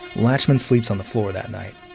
lachemann sleeps on the floor that night.